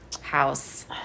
house